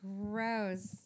gross